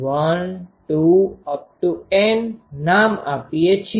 N નામ આપીએ છીએ